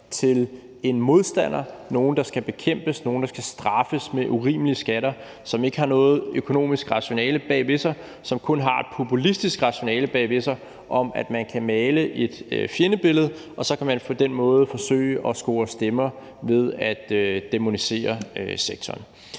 til en modstander; nogle, der skal bekæmpes, nogle, der skal straffes med urimelige skatter, som ikke har noget økonomisk rationale bag ved sig, men som kun har et populistisk rationale bag ved sig om, at man kan male et fjendebillede, og så kan man på den måde forsøge at score stemmer ved at dæmonisere sektoren.